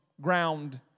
ground